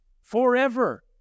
forever